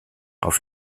auf